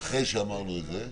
ואחרי שאמרנו את זה.